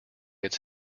its